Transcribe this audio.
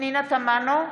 פנינה תמנו,